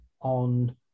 on